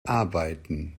arbeiten